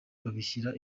babishyira